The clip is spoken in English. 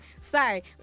Sorry